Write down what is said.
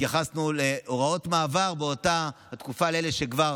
התייחסנו בהוראות מעבר לאותה תקופה של אלה שכבר